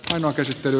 on kysytty